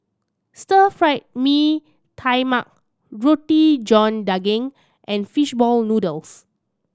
Stir Fried Mee Tai Mak Roti John Daging and fish ball noodles